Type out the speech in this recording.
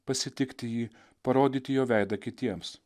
pasitikti jį parodyti jo veidą kitiems